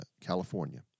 California